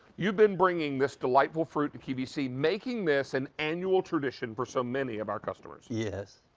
you've been bringing this delightful fruit to qvc making this an annual tradition for so many of our customers. yes.